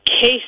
case